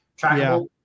trackable